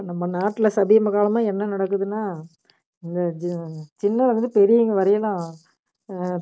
நம்ம நாட்டில சமீபகாலமாக என்ன நடக்குதுன்னா இந்த சின்னவங்கலேருந்து பெரியவங்க வரையிலும்